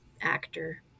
actor